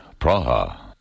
Praha